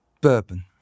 bourbon